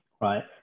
right